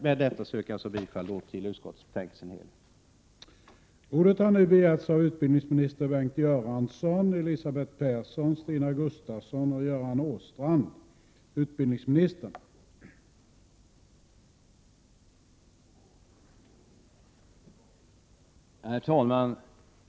Med detta yrkar jag bifall till utskottets hemställan i dess helhet.